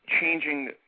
changing